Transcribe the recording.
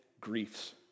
griefs